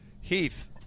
Heath